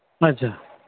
ᱟᱪᱪᱷᱟ